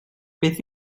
beth